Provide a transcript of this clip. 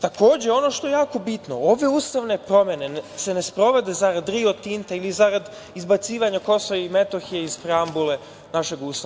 Takođe, ono što je jako bitno, ove ustavne promene se ne sprovode zarad „Rio Tinta“ ili zarad izbacivanja KiM iz preambule našeg Ustava.